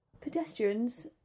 Pedestrians